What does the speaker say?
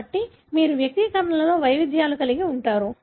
కాబట్టి మీరు వ్యక్తీకరణలలో వైవిధ్యాలు కలిగి ఉంటారు